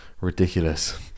ridiculous